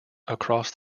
across